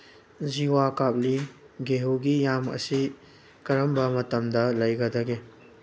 ꯖꯤꯋꯥ ꯀꯥꯞꯂꯤ ꯒꯦꯍꯨꯒꯤ ꯌꯥꯝ ꯑꯁꯤ ꯀꯔꯝꯕ ꯃꯇꯝꯗ ꯂꯩꯒꯗꯒꯦ